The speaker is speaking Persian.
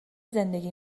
زندگی